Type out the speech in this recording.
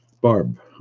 Barb